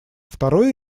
второй